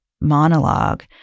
monologue